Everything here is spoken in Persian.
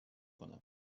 کنم